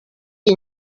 iyi